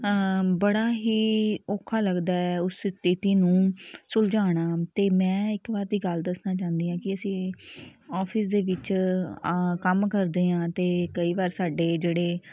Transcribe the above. ਬੜਾ ਹੀ ਔਖਾ ਲੱਗਦਾ ਹੈ ਉਸ ਸਥਿਤੀ ਨੂੰ ਸੁਲਝਾਉਣਾ ਅਤੇ ਮੈਂ ਇੱਕ ਵਾਰ ਦੀ ਗੱਲ ਦੱਸਣਾ ਚਾਹੁੰਦੀ ਹਾਂ ਕਿ ਅਸੀਂ ਔਫਿਸ ਦੇ ਵਿੱਚ ਕੰਮ ਕਰਦੇ ਹਾਂ ਅਤੇ ਕਈ ਵਾਰ ਸਾਡੇ ਜਿਹੜੇ